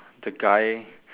the guy